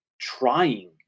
trying